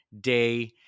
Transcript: day